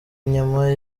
inyama